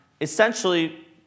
Essentially